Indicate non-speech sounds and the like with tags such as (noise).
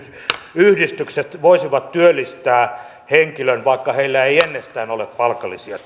yhdistykset voisivat työllistää henkilön joilla ei ennestään ole palkallisia (unintelligible)